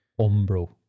Umbro